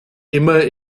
immer